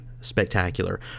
spectacular